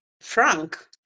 frank